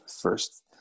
first